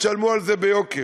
תשלמו על זה ביוקר.